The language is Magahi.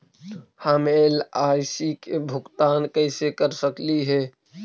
हम एल.आई.सी के भुगतान कैसे कर सकली हे?